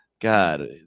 God